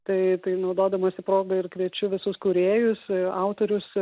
tai tai naudodamasi proga ir kviečiu visus kūrėjus autorius